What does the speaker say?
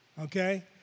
okay